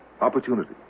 Opportunity